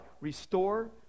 Restore